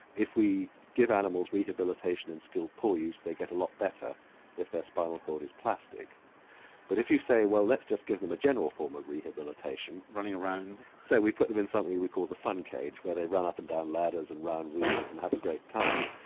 if we give animals rehabilitation in skilled paw use they get a lot better if their spinal cord is plastic but if you say well let's just give them a general form of rehabilitation. running around. so we put them in something we call the fun cage where they run up and down ladders and around wheels and have a great time,